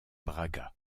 braga